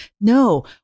No